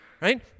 right